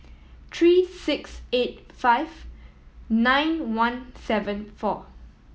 three six eight five nine one seven four